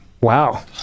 Wow